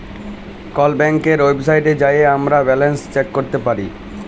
call ব্যাংকের ওয়েবসাইটে যাঁয়ে আমরা ব্যাল্যান্স চ্যাক ক্যরতে পায়